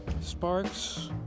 sparks